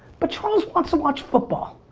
but, charles wants to watch football.